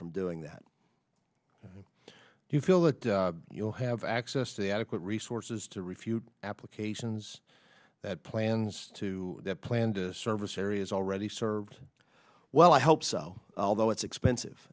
from doing that do you feel that you'll have access to the adequate resources to refute applications that plans to the planned service areas already served well i hope so although it's expensive